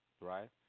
right